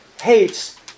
hates